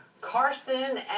Carson